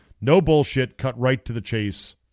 no-bullshit-cut-right-to-the-chase-